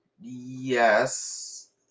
Yes